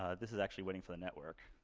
ah this is actually waiting for the network.